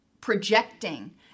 projecting